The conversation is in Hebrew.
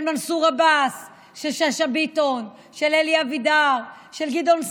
של שאשא ביטון, של אלי אבידר, של גדעון סער.